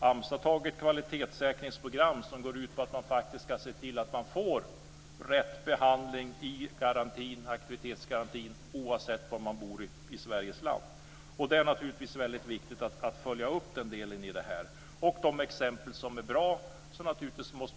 AMS har antagit ett kvalitetssäkringsprogram som går ut på att man ska se till att de arbetslösa får rätt behandling i aktivitetsgarantin oavsett var de bor i Sveriges land. Det är väldigt viktigt att följa upp den delen. De exempel som är bra måste man ta fram.